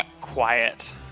quiet